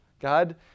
God